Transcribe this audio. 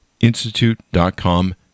institute.com